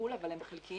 לטיפול אבל הם חלקיים,